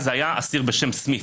אז היה אסיר בשם סמית'.